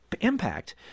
impact